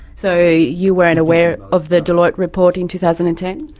so you weren't aware of the deloitte report in two thousand and ten?